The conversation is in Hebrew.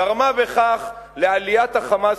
גרמה בכך לעליית ה"חמאס"